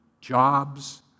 jobs